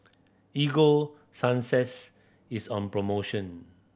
Ego Sunsense is on promotion